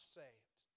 saved